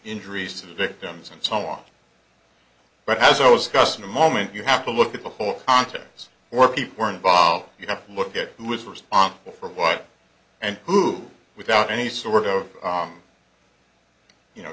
injuries to the victims and so on but as i was gus in a moment you have to look at the whole context where people were involved you have to look at who is responsible for what and who without any sort of you know